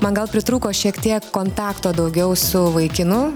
man gal pritrūko šiek tiek kontakto daugiau su vaikinu